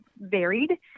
varied